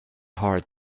hard